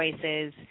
choices